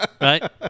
Right